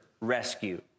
rescue